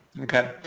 Okay